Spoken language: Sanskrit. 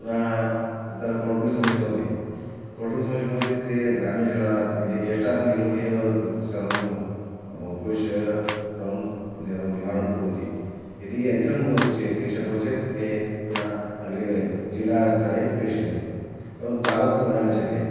पुनः तत्र कौटुम्बिकसमस्याः भवन्ति कौतुम्बिकसमस्या भवन्ति ते ग्रामीणजनाः यदि ज्येष्ठाः सन्ति खलु ते एव तत् सर्वम् उपविश्य सर्वं निवारणं कुर्वन्ति यदि अधिकं भवति चेत् क्लेशः भवति चेत् ते पुनः अग्रे जिल्लास्तरे प्रेषयन्ति परन्तु तावत् न गच्छति